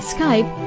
Skype